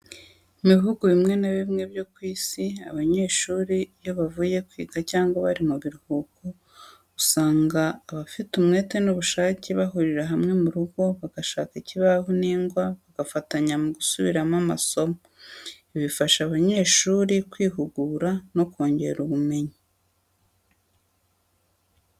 Mu bihugu bimwe na bimwe byo ku isi abanyeshuri iyo bavuye kwiga cyangwa bari mu biruhuko usanga abafite umwete n'ubushake bahurira hamwe mu rugo bagashaka ikibaho n'ingwa bagafatanya mu gusubiramo amasomo. Ibi bifasha abanyeshuri kwihugura no kongera ubumenyi.